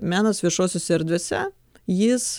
menas viešosiose erdvėse jis